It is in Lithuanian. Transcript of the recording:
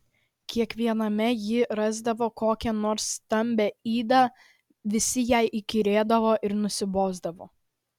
kiekviename ji rasdavo kokią nors stambią ydą visi jai įkyrėdavo ir nusibosdavo